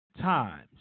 times